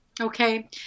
okay